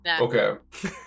Okay